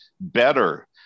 better